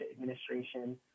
administration